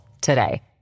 today